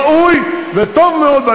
ראוי וטוב מאוד.